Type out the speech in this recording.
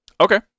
okay